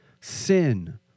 Sin